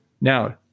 Now